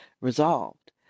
resolved